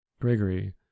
Gregory